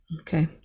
okay